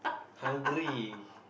hungry